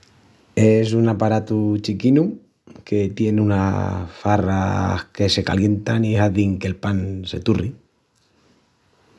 Es un aparatu chiquinu que tien unas barras que se calientan i hazin que’l pan se turri.